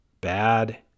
bad